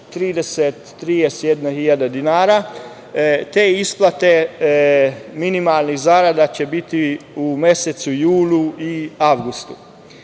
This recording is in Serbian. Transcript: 31.000 dinara. Te isplate minimalnih zarada će biti u mesecu julu i avgustu.